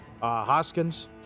Hoskins